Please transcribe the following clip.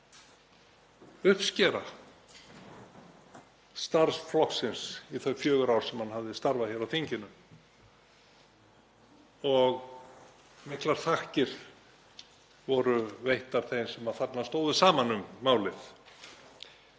uppskera starfs flokksins í þau fjögur ár sem hann hafði starfað hér á þinginu og miklar þakkir voru veittar þeim sem þarna stóðu saman um málið.